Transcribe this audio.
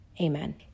amen